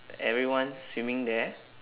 everyone swimming there